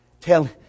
tell